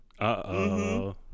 Uh-oh